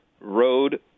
Road